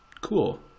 Cool